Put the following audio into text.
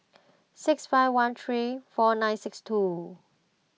six five one three four nine six two